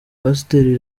pasiteri